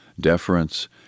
deference